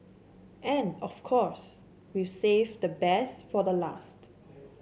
and of course we've saved the best for the last